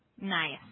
nice